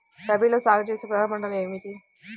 రబీలో సాగు చేసే ప్రధాన పంటలు ఏమిటి?